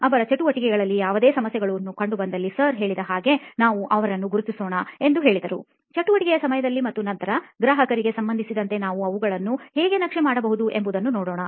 ಅವರ ಚಟುವಟಿಕೆಗಳಲ್ಲಿ ಯಾವುದೇ ಸಮಸ್ಯೆಗಳನ್ನು ಕಂಡುಬಂದರೆ ಸರ್ ಹೇಳಿದ ಹಾಗೆ ನಾವು ಅವರನ್ನು ಗುರುತಿಸೋಣ ಎಂದು ಹೇಳಿದರು ಚಟುವಟಿಕೆಯ ಸಮಯದಲ್ಲಿ ಮತ್ತು ನಂತರಗ್ರಾಹಕರಿಗೆ ಸಂಬಂಧಿಸಿದಂತೆ ನಾವು ಅವುಗಳನ್ನು ಹೇಗೆ ನಕ್ಷೆ ಮಾಡಬಹುದು ಎಂಬುದನ್ನು ನೋಡೋಣ